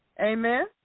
Amen